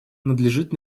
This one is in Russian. надлежит